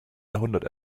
jahrhundert